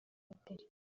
moteri